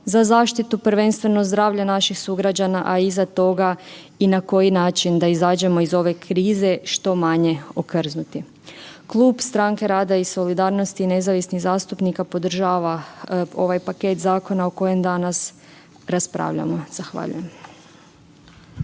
za zaštitu prvenstveno zdravlja naših sugrađana, a iza toga i na koji način da izađemo iz ove krize što manje okrznuti. Klub Stranke rada i solidarnosti i nezavisnih zastupnika podržava ovaj paket zakona o kojem danas raspravljamo. Zahvaljujem.